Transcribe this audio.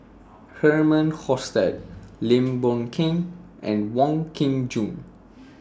Herman Hochstadt Lim Boon Keng and Wong Kin Jong